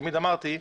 תמיד אמרתי,